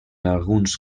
alguns